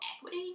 equity